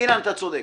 אתה צודק.